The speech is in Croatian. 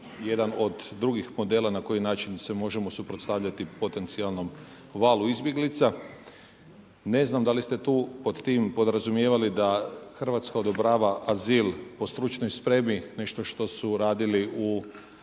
jedan od drugih modela na koji način se možemo suprotstavljati potencijalnom valu izbjeglica. Ne znam da li ste tu pod tim podrazumijevali da Hrvatska odobrava azil po stručnoj spremi, nešto što su radili u